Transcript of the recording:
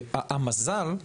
ומזל הוא